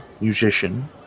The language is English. musician